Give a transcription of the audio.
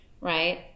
right